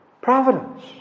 Providence